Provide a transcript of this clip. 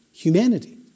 humanity